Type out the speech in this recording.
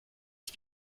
ich